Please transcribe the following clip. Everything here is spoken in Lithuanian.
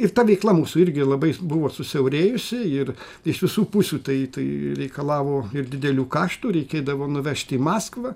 ir ta veikla mūsų irgi labai buvo susiaurėjusi ir iš visų pusių tai tai reikalavo ir didelių kaštų reikėdavo nuvežt į maskvą